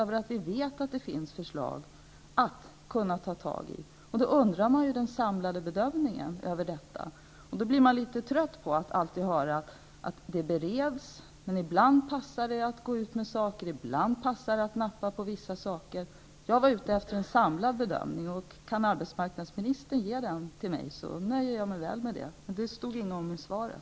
Vi vet att det finns förslag att kunna ta itu med. Då väntar man på en samlad bedömning av detta från regeringen. Man blir litet trött på att alltid få höra att ärendet bereds. Ibland passar det att gå ut med saker och ibland passar det att nappa på vissa saker. Jag var ute efter en samlad bedömning. Kan arbetsmarknadsministern ge den till mig, nöjer jag mig väl med det. Men det står ingenting om det i svaret.